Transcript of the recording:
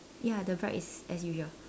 ya the right is as usual